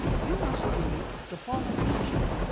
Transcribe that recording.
you must be the fallen angel.